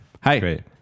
Hi